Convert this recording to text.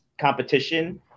competition